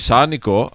Sanico